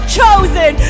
chosen